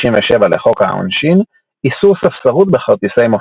67 לחוק העונשין "איסור ספסרות בכרטיסי מופעים",